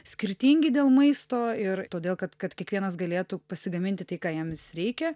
skirtingi dėl maisto ir todėl kad kad kiekvienas galėtų pasigaminti tai ką jiems reikia